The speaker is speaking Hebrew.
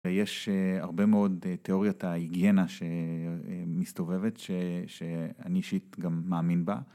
ויש הרבה מאוד תיאוריות ההיגיינה שמסתובבת, שאני אישית גם מאמין בה.